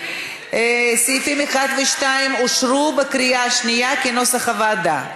סעיפים 1 ו-2 אושרו בקריאה שנייה כנוסח הוועדה.